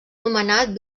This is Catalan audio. nomenat